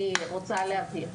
סליחה, אני רוצה להבהיר.